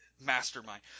mastermind